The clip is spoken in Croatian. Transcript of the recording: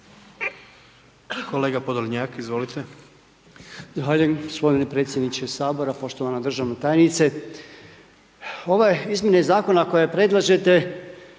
Kolega Podolnjak, izvolite.